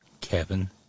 Kevin